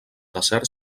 desert